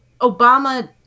Obama